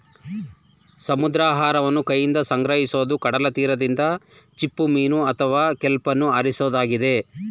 ಸಮುದ್ರಾಹಾರವನ್ನು ಕೈಯಿಂದ ಸಂಗ್ರಹಿಸೋದು ಕಡಲತೀರದಿಂದ ಚಿಪ್ಪುಮೀನು ಅಥವಾ ಕೆಲ್ಪನ್ನು ಆರಿಸೋದಾಗಿದೆ